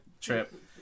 trip